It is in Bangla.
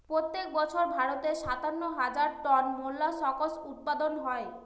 প্রত্যেক বছর ভারতে সাতান্ন হাজার টন মোল্লাসকস উৎপাদন হয়